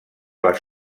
les